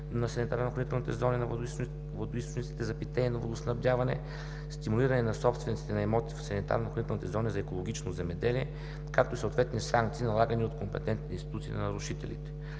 на санитарно-охранителните зони на водоизточниците за питейно водоснабдяване, стимулиране на собствениците на имоти в санитарно-охранителните зони за екологично земеделие, както и съответни санкции, налагани от компетентните институции на нарушителите.